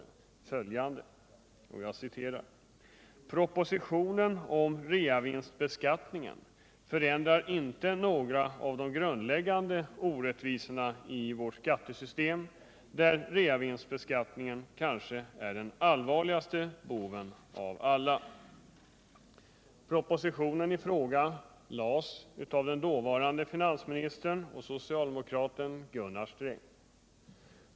”Propositionen om reavinstbeskattningen förändrar inte några av de grundläggande orättvisorna i vårt skattesystem där reavinstbeskattningen kanske är den allvarligaste boven av alla.” Propositionen i fråga lades av den dåvarande finansministern, socialdemokraten Gunnar Sträng.